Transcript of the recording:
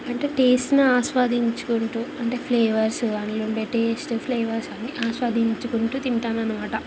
అంటే టేస్ట్ని ఆస్వాదించుకుంటూ అంటే ఫ్లేవర్సు కాని ఉండే టేస్ట్ ఫ్లేవర్స్ అన్ని ఆస్వాదించుకుంటూ తింటాననమాట